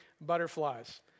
butterflies